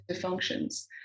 functions